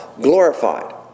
glorified